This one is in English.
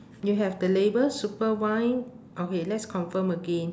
you have the label super wine okay let's confirm again